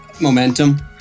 momentum